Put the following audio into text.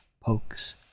pokes